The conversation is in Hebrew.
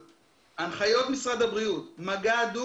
הנחיות משרד הבריאות הן: מגע הדוק,